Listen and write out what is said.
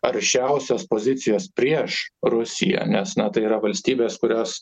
aršiausios pozicijos prieš rusiją nes na tai yra valstybės kurios